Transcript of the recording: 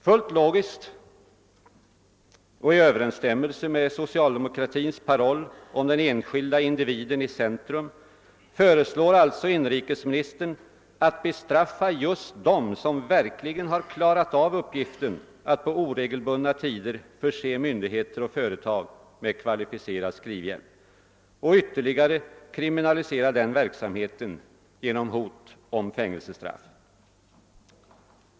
Fullt logiskt och i Ööverensstämmeise med socialdemokratins paroll om den enskilda individen i centrum föreslår alltså inrikesministern att man skall bestraffa just dem som verkligen har klarat av uppgiften att på oregelbundna tider förse myndigheter och företag med kvalificerad skrivhjälp och att man skall ytterligare kriminalisera denna verksamhet genom hot om fänge'sestraff.